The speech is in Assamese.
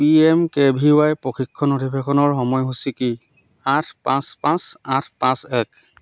P M K V Y প্ৰশিক্ষণ অধিৱেশনৰ সময়সূচী কি আঠ পাঁচ পাঁচ আঠ পাঁচ এক